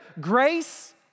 Grace